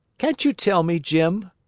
can't you tell me, jim?